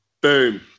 boom